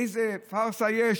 איזו פארסה יש,